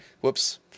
Whoops